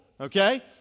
okay